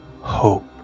hope